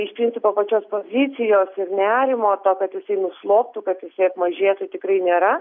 iš principo pačios pozicijos ir nerimo to kad jisai nusloptų kad jisai apmažėtų tikrai nėra